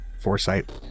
foresight